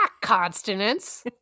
consonants